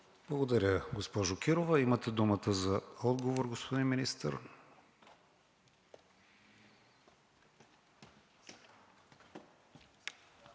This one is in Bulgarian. Благодаря, госпожо Кирова. Имате думата за отговор, господин Министър.